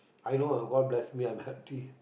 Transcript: I know lah god bless me I'm healthy